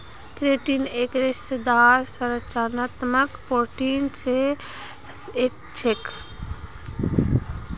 keratin एक रेशेदार संरचनात्मक प्रोटीन मे स एक छेक